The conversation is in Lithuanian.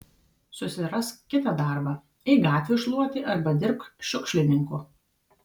susirask kitą darbą eik gatvių šluoti arba dirbk šiukšlininku